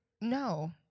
No